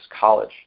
college